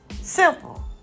Simple